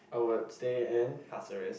I would stay in Pasir-Ris